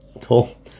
Cool